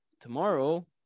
tomorrow